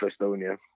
Estonia